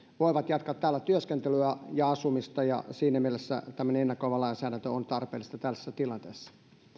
voivat jatkaa täällä työskentelyä ja asumista ja siinä mielessä tämmöinen ennakoiva lainsäädäntö on tarpeellista tällaisessa tilanteessa